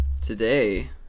Today